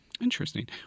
Interesting